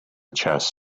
chest